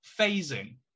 Phasing